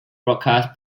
broadcast